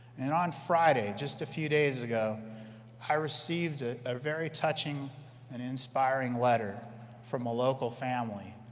and on friday just a few days ago i received ah a very touching and inspiring letter from a local family,